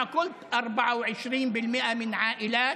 לכל הפחות יצא מהאולם ולא יצביע נגד,